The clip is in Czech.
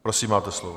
Prosím, máte slovo.